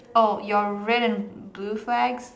oh your red and blue flags